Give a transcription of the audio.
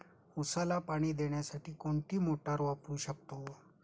उसाला पाणी देण्यासाठी कोणती मोटार वापरू शकतो?